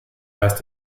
weist